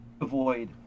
avoid